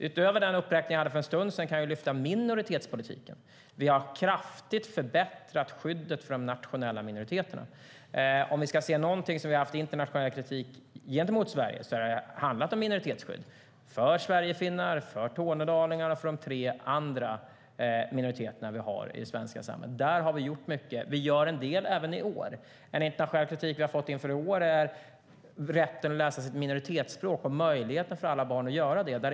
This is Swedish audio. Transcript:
Utöver den uppräkning jag gjorde för en stund sedan kan jag lyfta fram minoritetspolitiken. Vi har kraftigt förbättrat skyddet för de nationella minoriteterna. Om vi ska se någonting där det har varit internationell kritik gentemot Sverige kan vi se att det har handlat om minoritetsskydd för sverigefinnar, för tornedalingar och för de tre andra minoriteter som vi har i det svenska samhället. Där har vi gjort mycket. Vi gör en del även i år. Den internationella kritik vi har fått inför i år gäller rätten att läsa sitt minoritetsspråk och möjligheten för alla barn att göra det.